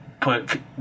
put